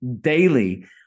daily